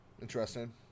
Interesting